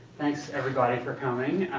thanks everybody for coming.